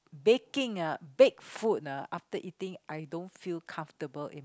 baking ah baked food ah after eating I don't feel comfortable in